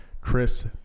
chris